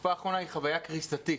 בתקופה האחרונה היא חוויה קריסתית,